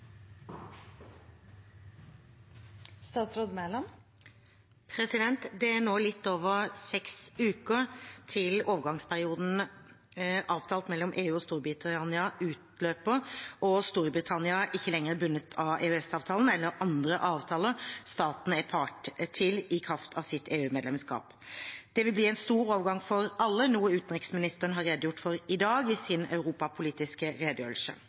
nå litt over seks uker til overgangsperioden avtalt mellom EU og Storbritannia utløper og Storbritannia ikke lenger er bundet av EØS-avtalen eller andre avtaler staten er part til i kraft av sitt EU-medlemskap. Det vil bli en stor overgang for alle, noe utenriksministeren har redegjort for i dag i sin europapolitiske redegjørelse.